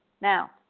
now